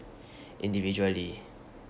individually